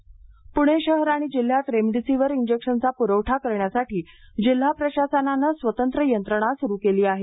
remdesivir Pune शहर आणि जिल्ह्यात रेमडिसिवीर इंजेक्शनचा पूरवठा कऱण्यासाठी जिल्हा प्रशासनानं स्वतंत्र यंत्रणा सुरू केली आहे